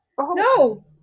No